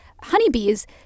honeybees